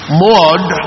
mod